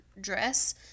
dress